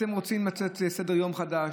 אתם רוצים לתת סדר-יום חדש?